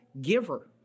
giver